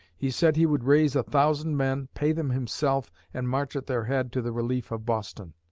he said he would raise a thousand men, pay them himself and march at their head to the relief of boston.